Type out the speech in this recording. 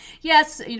Yes